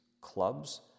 clubs